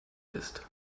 ist